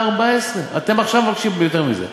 3.14. אתם עכשיו מבקשים יותר מזה.